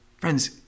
Friends